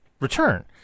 return